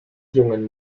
jungen